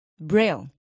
Braille